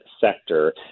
sector